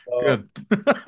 Good